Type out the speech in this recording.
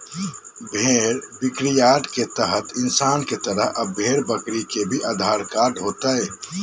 भेड़ बिक्रीयार्ड के तहत इंसान के तरह अब भेड़ बकरी के भी आधार कार्ड होतय